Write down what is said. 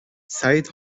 سعید